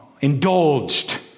indulged